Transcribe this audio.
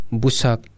busak